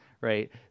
right